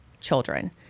children